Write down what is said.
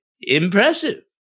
impressive